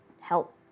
help